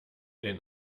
den